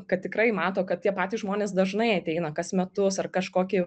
kad tikrai mato kad tie patys žmonės dažnai ateina kas metus ar kažkokį